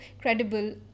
credible